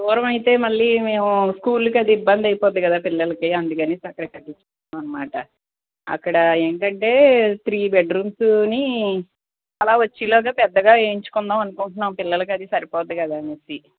దూరమైతే మళ్ళీ మేము స్కూల్కు అది ఇబ్బంది అయిపోద్ది కదా పిల్లలకి అందుకని పక్కకు కట్టించుకున్నాం అన్నమాట అక్కడ ఏంటంటే త్రీ బెడ్రూమ్సూ అలా వచ్చేలాగా పెద్దగా వేయుంచుకుందాం అనుకుంటున్నాం పిల్లలకి అది సరిపోద్ది కదా అని